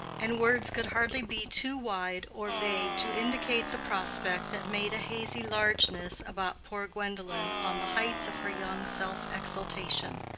and words could hardly be too wide or vague to indicate the prospect that made a hazy largeness about poor gwendolen on the heights of her young self-exultation.